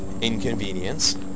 inconvenience